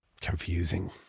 Confusing